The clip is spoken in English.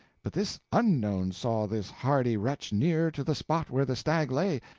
but this unknown saw this hardy wretch near to the spot where the stag lay,